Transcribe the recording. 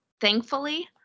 thankfully